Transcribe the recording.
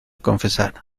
confesar